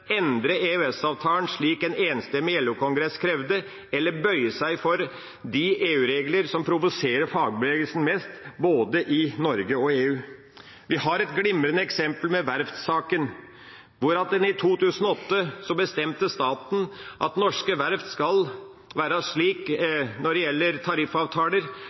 endre EØS-avtalen, slik en enstemmig LO-kongress krevde, eller å bøye seg for de EU-regler som provoserer fagbevegelsen mest, både i Norge og i EU. Vi har et glimrende eksempel med verftssaken, hvor staten i 2008 bestemte at når det gjelder norske verft og tariffavtaler, skal